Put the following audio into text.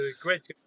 great